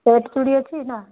set ଚୁଡ଼ି ଅଛି ନା